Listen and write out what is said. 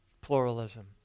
pluralism